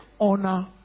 honor